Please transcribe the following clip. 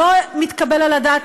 לא מתקבל על הדעת,